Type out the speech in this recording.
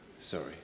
Sorry